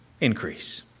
increase